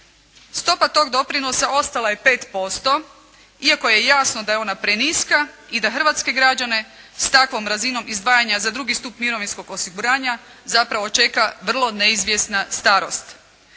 Stopa toga doprinosa ostala je 5%, iako je jasno da je ona preniska i da hrvatske građane sa takvom razinom izdvajanja za drugi stup mirovinskog osiguranja, zapravo čeka vrlo neizvjesna starost.